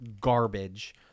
garbage